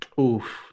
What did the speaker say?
Oof